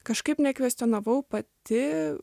kažkaip nekvestionavau pati